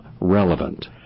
relevant